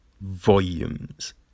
volumes